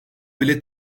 bile